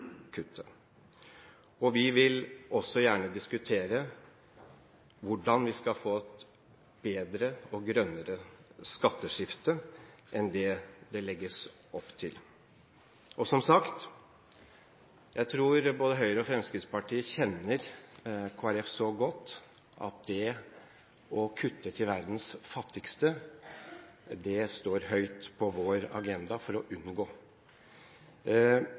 Vi vil også gjerne diskutere hvordan vi skal få et bedre og grønnere skatteskifte enn det det legges opp til. Og jeg tror, som sagt, at både Høyre og Fremskrittspartiet kjenner Kristelig Folkeparti så godt at de vet at det står høyt på vår agenda å unngå